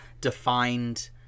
defined